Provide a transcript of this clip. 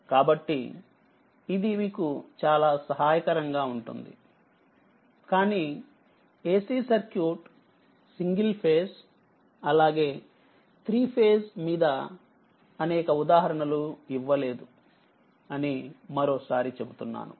కాబట్టిఇదిమీకు చాలా సహాయకరంగా ఉంటుంది కానీACసర్క్యూట్ సింగిల్ ఫేస్ అలాగే3 ఫేస్ మీదఅనేక ఉదాహరణలు ఇవ్వలేదు అనిమరోసారి చెబుతున్నాను